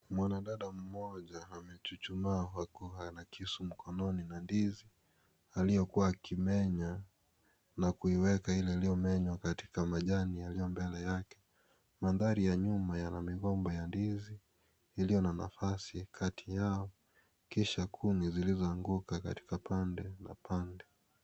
Mwanadada mmoja amechuchumaa kwa kuwa ana kisu mkononi na ndizi aliye kuwa akimenya na kuiweka ile aliyomenya katika majani yaliyo mbele yake manthari ya nyuma yana migomba ya ndizi iliyo na nafasi kati yao kisha kundi zilizo anguka katika pande na pande.